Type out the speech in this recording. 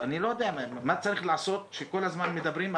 אני לא יודע מה צריך לעשות שכל הזמן מדברים,